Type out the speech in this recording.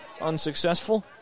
Unsuccessful